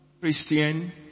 Christian